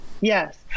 Yes